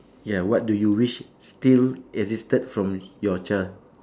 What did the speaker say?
ya what do you wish still existed from your child~